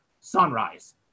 sunrise